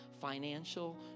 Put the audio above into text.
Financial